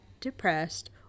depressed